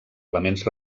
elements